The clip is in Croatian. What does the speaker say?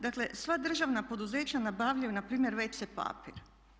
Dakle sva državna poduzeća nabavljaju npr. wc papir.